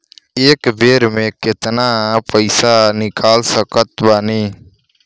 एक बेर मे केतना पैसा निकाल सकत बानी?